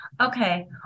Okay